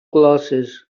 glasses